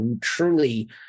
truly